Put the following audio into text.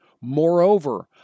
Moreover